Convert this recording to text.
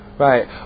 Right